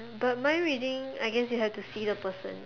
but mind reading I guess you have to see the person